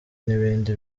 n’ibindi